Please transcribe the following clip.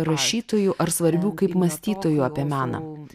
rašytojų ar svarbių kaip mąstytojų apie meną